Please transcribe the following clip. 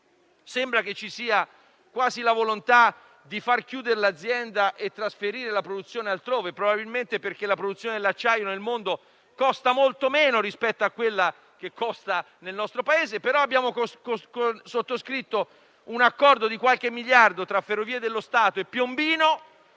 Sembra quasi che ci sia la volontà di far chiudere l'azienda e trasferire la produzione altrove, probabilmente perché produrre acciaio nel mondo costa molto meno rispetto a quello che costa nel nostro Paese. Abbiamo sottoscritto però un accordo di qualche miliardo tra Ferrovie dello Stato e Piombino